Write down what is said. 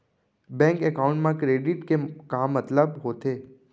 Bank account मा credit के का मतलब होथे?